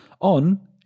on